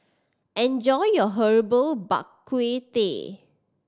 enjoy your Herbal Bak Ku Teh